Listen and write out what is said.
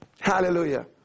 Hallelujah